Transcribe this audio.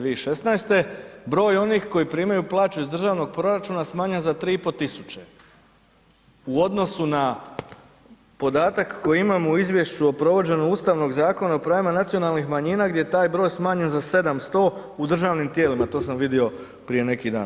2016., broj onih koji primaju plaću iz državnog proračuna smanjeno za 3500 u odnosu na podatak koji imam u izvješću o provođenu ustavnog Zakona o pravima nacionalnih manjina gdje je taj broj smanjen za 700 u državnim tijelima, to sam vidio prije neki dan.